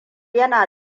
yana